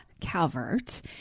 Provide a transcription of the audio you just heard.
Calvert